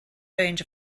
range